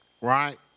right